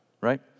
right